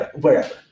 wherever